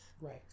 Right